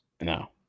No